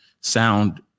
sound